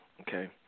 okay